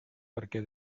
perquè